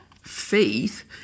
faith